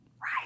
right